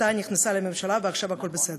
ומפלגתה נכנסו לממשלה ועכשיו הכול בסדר.